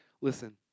Listen